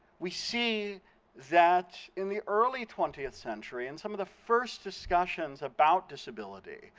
we see that in the early twentieth century, and some of the first discussions about disability,